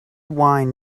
wine